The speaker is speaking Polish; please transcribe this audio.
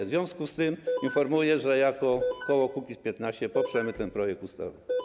W związku z tym informuję, że jako koło Kukiz’15 poprzemy ten projekt ustawy.